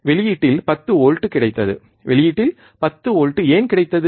வெளியீட்டில் 10 வோல்ட் கிடைத்தது வெளியீட்டில் 10 வோல்ட் ஏன் கிடைத்தது